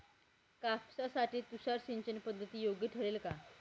कापसासाठी तुषार सिंचनपद्धती योग्य ठरेल का?